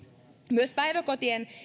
myös päiväkotien